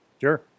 Sure